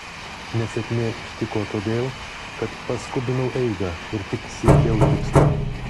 nesėkmė ištiko todėl kad paskubinau eigą ir tik siekiau tikslo